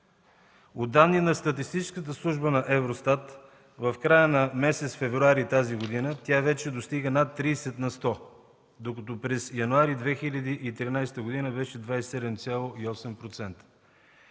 По данни на статистическата служба на Евростат в края на месец февруари тази година тя вече достига вече над 30 на сто, докато през януари 2013 г. тя беше 27,8%.